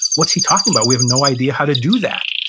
what's he talking about? we have no idea how to do that.